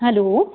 hello